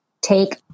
take